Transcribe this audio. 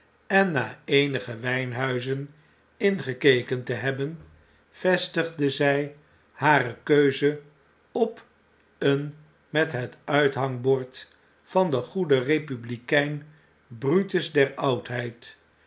en na eenige wjjnhuizen ingekeken te hebben vestigde zjj hare keuzeop een met het uithangbord van degoede kepublikein brutus der oudheid